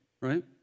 right